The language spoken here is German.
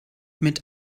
mit